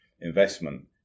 investment